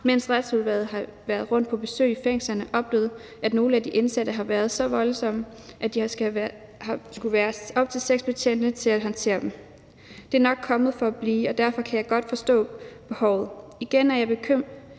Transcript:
mens Retsudvalget har været rundt på besøg i fængslerne, oplevet, at nogle af de indsatte har været så voldsomme, at de har skullet være op til seks betjente til at håndtere dem. Det er nok kommet for at blive, og derfor kan jeg godt forstå behovet. Igen er jeg bekymret